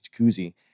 jacuzzi